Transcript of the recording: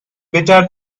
better